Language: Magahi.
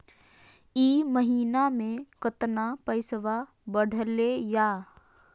ई महीना मे कतना पैसवा बढ़लेया?